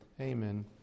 Amen